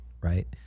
right